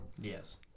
Yes